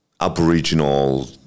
Aboriginal